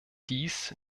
dies